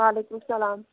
وعلیکُم سَلام